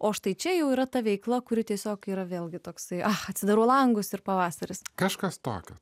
o štai čia jau yra ta veikla kuri tiesiog yra vėlgi toksai atidaro langus ir pavasaris kažkas tokio